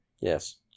Yes